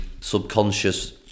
subconscious